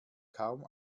kaum